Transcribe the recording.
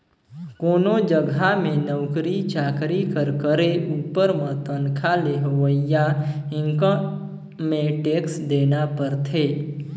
कोनो जगहा में नउकरी चाकरी कर करे उपर में तनखा ले होवइया इनकम में टेक्स देना परथे